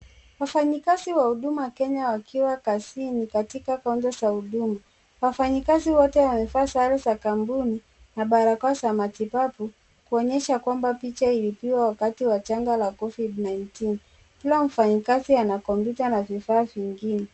Wafanyikazi wa huduma Kenya wakiwa kazini katika kaunta za huduma. Wafanyikazi wote wamevaa sare za kampuni na barakoa za matibabu kuonyesha kuwa picha ilipigwa wakati wa janga la covid-19. Kila mfanyikazi ana komyuta na vifaa vingine.